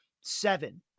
seven